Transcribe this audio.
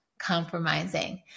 Compromising